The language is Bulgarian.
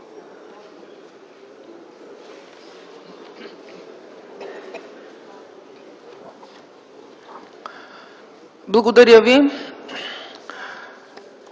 Благодаря ви.